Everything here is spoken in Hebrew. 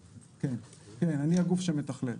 כן, אני הגוף שמתכלל.